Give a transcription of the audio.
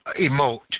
emote